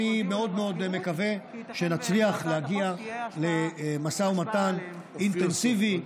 אני מאוד מאוד מקווה שנצליח להגיע למשא ומתן אינטנסיבי,